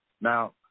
Now